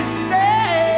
stay